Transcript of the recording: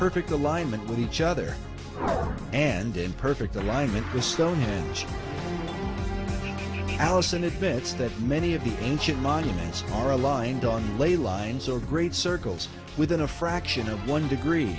perfect alignment with each other and in perfect alignment the stonehenge allison admits that many of the ancient monuments are aligned on lay lines or great circles within a fraction of one degree